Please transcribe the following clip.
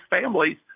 families